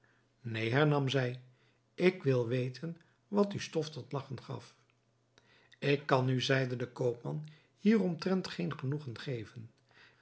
neen hernam zij ik wil weten wat u stof tot lagchen gaf ik kan u zeide de koopman hieromtrent geen genoegen geven